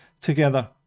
together